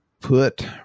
put